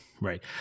right